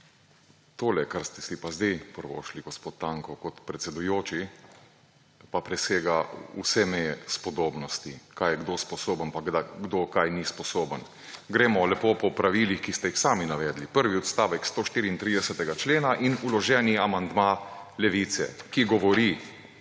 Tole, kar ste si pa sedaj privoščili, gospod Tanko, kot predsedujoči, pa presega vse meje spodobnosti, kaj je kdo sposoben pa kdo česa ni sposoben. Gremo lepo po pravilih, ki ste jih sami navedli. Prvi odstavek 134. člena in vloženi amandma Levice, ki govori: